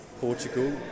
Portugal